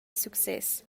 success